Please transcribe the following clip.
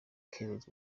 cures